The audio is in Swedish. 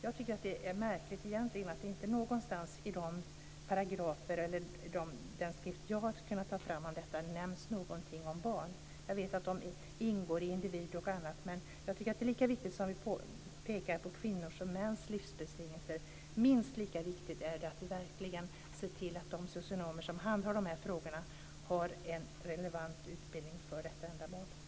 Jag tycker att det är märkligt att det inte någonstans i paragraferna och i det material som jag har kunnat ta fram om detta nämns någonting om barn. Jag vet att de ingår i begreppet "individ och annat", men minst lika viktigt som det är att vi pekar på kvinnors och mäns livsbetingelser tycker jag att det är att vi verkligen ser till att de socionomer som handhar de här frågorna har en relevant utbildning för detta ändamål.